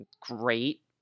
great